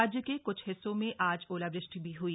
राज्य के कुछ हिस्सों में आज ओलावृष्टि भी हुई